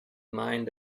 mind